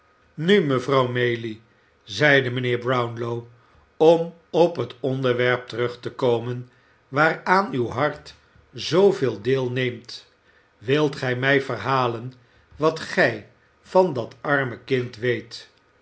nu mejuffrouw maylie zeide mijnheer brownlow om op het onderwerp terug te komen waaraan uw hart zooveel deel neemt wilt gij mij verhalen wat gij van dat arme kind weet